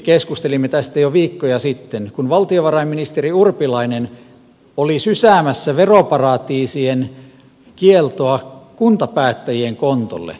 keskustelimme tästä jo viikkoja sitten erityisesti siksi että valtiovarainministeri urpilainen oli sysäämässä veroparatiisien kieltoa kuntapäättäjien kontolle